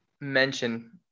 mention